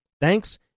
Thanks